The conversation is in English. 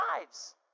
lives